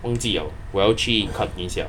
忘记 liao 我要去看一下